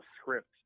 script